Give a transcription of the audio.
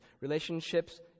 Relationships